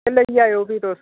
लेई आएयो फ्ही तुस